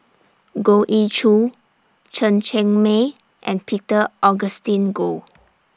Goh Ee Choo Chen Cheng Mei and Peter Augustine Goh